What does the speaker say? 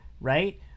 right